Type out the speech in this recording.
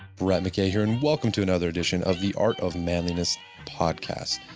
brett mckay here and welcome to another edition of the art of manliness podcast.